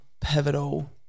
pivotal